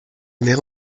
mer